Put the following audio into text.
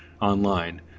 online